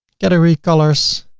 category colors,